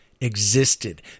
existed